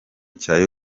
cya